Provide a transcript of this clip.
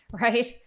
right